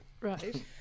Right